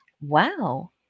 Wow